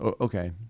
Okay